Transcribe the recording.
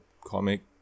comic